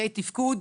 קשיי תפקוד,